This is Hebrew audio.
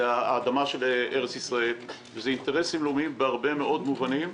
זה האדמה של ארץ ישראל וזה אינטרסים לאומיים בהרבה מאוד מובנים,